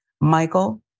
Michael